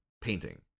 painting